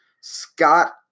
Scott